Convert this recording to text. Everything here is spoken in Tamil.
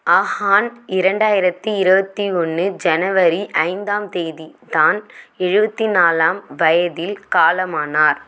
ஹாஆன் இரண்டாயிரத்தி இருபத்தி ஒன்று ஜனவரி ஐந்தாம் தேதி தான் எழுபத்தி நாலாம் வயதில் காலமானார்